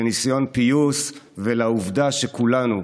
לניסיון פיוס ולעובדה שכולנו,